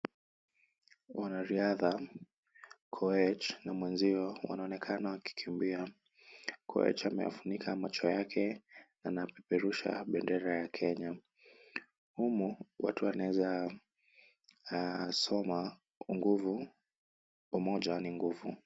Wanariadha Koech na mwenzio wanaonekana wakikimbia. Koech amefunika macho yake na anapeperusha bendera ya Kenya. Humu watu wanaweza soma umoja ni nguvu.